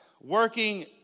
Working